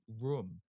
room